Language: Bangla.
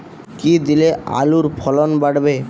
কী দিলে আলুর ফলন বাড়বে?